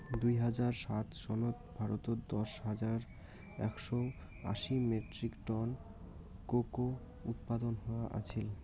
দুই হাজার সাত সনত ভারতত দশ হাজার একশও আশি মেট্রিক টন কোকো উৎপাদন হয়া আছিল